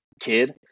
kid